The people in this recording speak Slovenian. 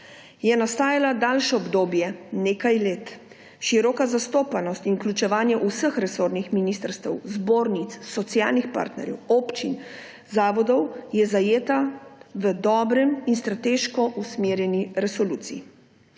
je nastajala daljše obdobje, to je nekaj let. Široka zastopanost in vključevanje vseh resornih ministrstev, zbornic, socialnih partnerjev, občin, zavodov je zajeta v dobri in strateško usmerjeni resoluciji.